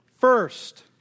first